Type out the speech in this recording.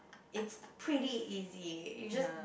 it's pretty easy you just